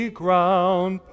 ground